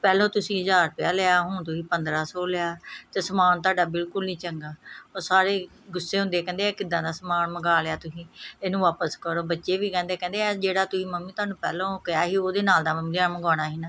ਪਹਿਲੋਂ ਤੁਸੀਂ ਹਜ਼ਾਰ ਰੁਪਇਆ ਲਿਆ ਹੁਣ ਤੁਸੀਂ ਪੰਦਰ੍ਹਾਂ ਸੌ ਲਿਆ ਅਤੇ ਸਮਾਨ ਤੁਹਾਡਾ ਬਿਲਕੁਲ ਨਹੀਂ ਚੰਗਾ ਉਹ ਸਾਰੇ ਗੁੱਸੇ ਹੁੰਦੇ ਕਹਿੰਦੇ ਆ ਕਿੱਦਾਂ ਦਾ ਸਮਾਨ ਮੰਗਵਾ ਲਿਆ ਤੁਸੀਂ ਇਹਨੂੰ ਵਾਪਸ ਕਰੋ ਬੱਚੇ ਵੀ ਕਹਿੰਦੇ ਕਹਿੰਦੇ ਇਹ ਜਿਹੜਾ ਤੁਸੀਂ ਮੰਮੀ ਤੁਹਾਨੂੰ ਪਹਿਲੋਂ ਕਿਹਾ ਸੀ ਉਹਦੇ ਨਾਲ ਦਾ ਮੰਗਵਾਉਣਾ ਸੀ ਨਾ